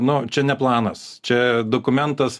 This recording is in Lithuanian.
nu čia ne planas čia dokumentas